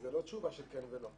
זו לא תשובה של כן ולא.